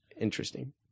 Interesting